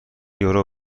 یورو